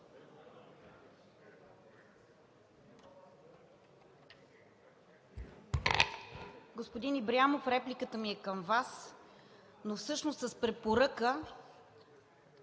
Господин Ибрямов, репликата ми е към Вас, но всъщност с препоръка